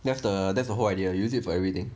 that's the that's the whole idea use it for everything